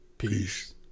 Peace